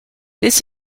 this